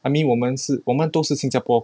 I mean 我们是我们都是新加坡